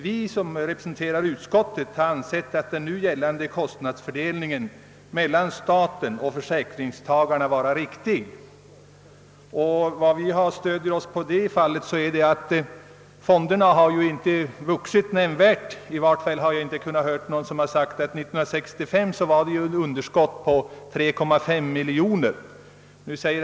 Vi som representerar utskottsmajoriteten har ansett den nu gällande kostnadsfördelningen mella. staten och försäkringstagarna vara riktig. Vi stöder oss i detta fall på att fonderna inte har vuxit nämnvärt under senare år. År 1965 visade fonderna för den obligatoriska sjukförsäkringen ett underskott på 3,5 miljoner kronor.